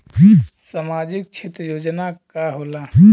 सामाजिक क्षेत्र योजना का होला?